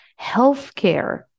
healthcare